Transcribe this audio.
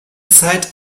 seid